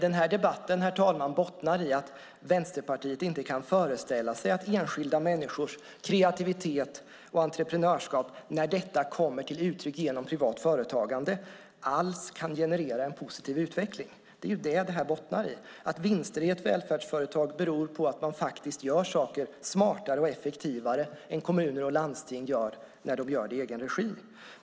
Den här debatten, herr talman, bottnar i att Vänsterpartiet inte kan föreställa sig att enskilda människors kreativitet och entreprenörskap, när det kommer till uttryck genom privat företagande, alls kan generera en positiv utveckling. Det är det som det hela bottnar i. Vinster i välfärdsföretagen beror på att de faktiskt gör saker smartare och effektivare än kommuner och landsting när de gör det i egen regi.